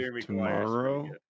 Tomorrow